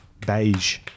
Beige